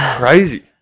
crazy